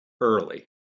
early